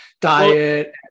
diet